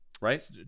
Right